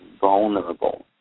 vulnerable